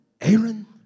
Aaron